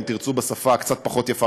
ואם תרצו בשפה קצת פחות יפה,